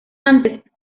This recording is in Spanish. antes